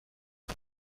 خود